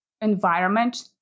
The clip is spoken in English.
environment